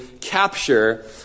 capture